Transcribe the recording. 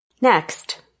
Next